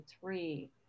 three